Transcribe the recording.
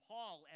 Paul